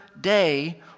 day